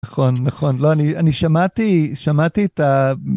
נכון נכון לא אני אני שמעתי שמעתי את ה.